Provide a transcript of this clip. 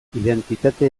identitate